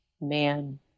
man